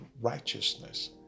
righteousness